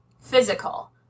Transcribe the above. physical